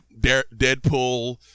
Deadpool